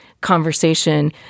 conversation